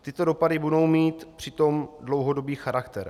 Tyto dopady budou přitom mít dlouhodobý charakter.